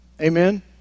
Amen